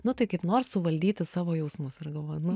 nu tai kaip nors suvaldyti savo jausmus ir galvoju nu